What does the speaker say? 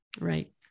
Right